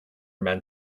men